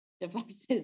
devices